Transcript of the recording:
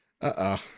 Uh-oh